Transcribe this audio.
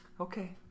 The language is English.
Okay